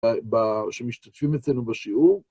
שמשתתפים אצלנו בשיעור.